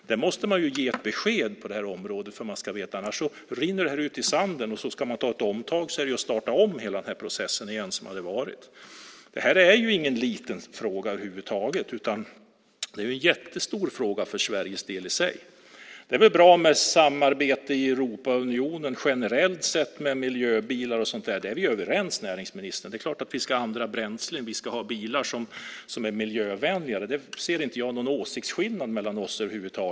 På det området måste det ges besked så att man vet, för annars rinner det hela ut i sanden. Då får man liksom göra ett omtag och starta om hela processen. Frågan är inte liten, utan detta är en jättestor fråga för svensk del. Det är väl bra med ett samarbete i Europeiska unionen generellt sett kring miljöbilar och sådant. Där är vi överens, näringsministern! Det är klart att vi ska ha andra bränslen. Vi ska ha bilar som är miljövänligare. Där ser jag ingen åsiktsskillnad över huvud taget mellan oss.